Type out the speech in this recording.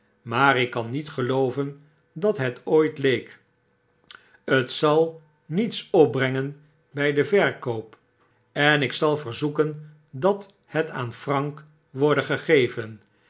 maar ik kan niet gelooven dathetooit leek het zal niets opbrengen bij den verkoop en ik zal verzoeken dat het aan frank worde gegeven